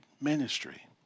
ministry